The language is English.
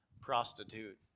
prostitute